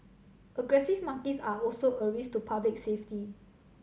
aggressive monkeys are also a risk to public safety